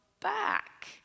back